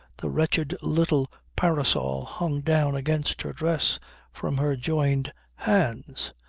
the wretched little parasol hung down against her dress from her joined hands.